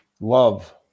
Love